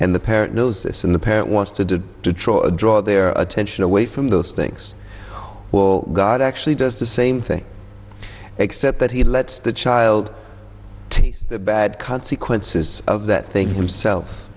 and the parent knows it's in the parent wants to do to try to draw their attention away from those things will god actually does the same thing except that he lets the child tease the bad consequences of that thing himself